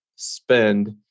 spend